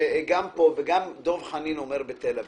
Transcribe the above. גם בירושלים, ודב חנין אומר שכך קורה גם בתל אביב,